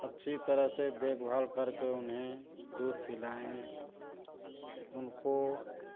अच्छी तरह से देखभाल करके उन्हें दूध पिलाएँ उनको